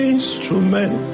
Instrument